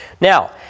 Now